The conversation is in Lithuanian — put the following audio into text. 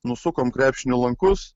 nusukom krepšinio lankus